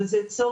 אבל זה צורך